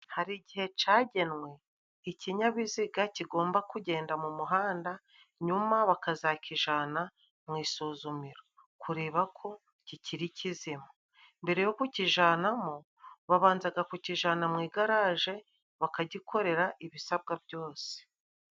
Hari igihe cagenwe ikinyabiziga kigomba kugenda mu muhanda nyuma bakazakijana mu isuzumiro kureba ko kikiri kizima mbere yo ku kukijanamo babanzaga kukijana mu igaraje bakagikorera ibisabwa byose.